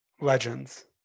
Legends